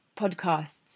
podcasts